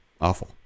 Awful